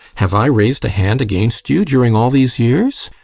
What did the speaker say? have i raised a hand against you during all these years?